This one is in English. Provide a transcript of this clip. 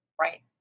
right